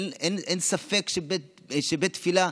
אין ספק שבית שבית תפילה,